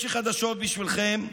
יש לי חדשות בשבילכם: